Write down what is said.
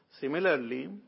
Similarly